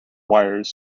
wires